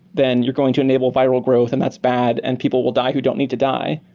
then you're going to enable viral growth, and that's bad, and people will die who don't need to die.